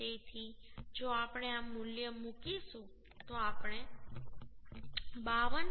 તેથી જો આપણે આ મૂલ્ય મૂકીશું તો આપણે 52